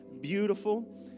beautiful